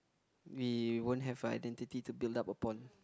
we won't have identity to build up upon